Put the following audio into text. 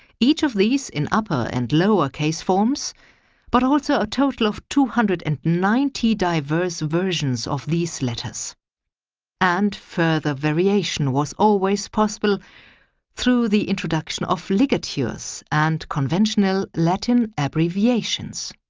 each of these in upper and lowercase forms but also a total of two hundred and ninety diverse versions of these letters and further variation was always possible through the introduction of ligatures and conventional latin abbreviations.